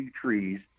trees